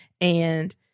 and-